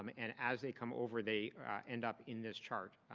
um and as they come over, they end up in this chart.